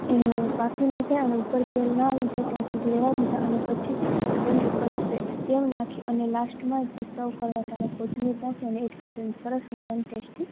એ પાકી ન જાય અને ઉપર તેલ ન આવી જાય ત્યાં સુધી રહેવાં દીધાં અને પછી તેની ઉપર સેવ નાખી અને લાસ્ટમાં જે સવ કરવાં ટાણે કોથમીર નાખી અને એડ કરી દેવાનું સરસ મજાનું ટેશ્ટી